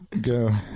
go